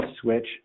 switch